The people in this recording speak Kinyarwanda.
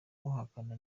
uhakana